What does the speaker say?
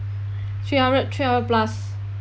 three hundred three hundred plus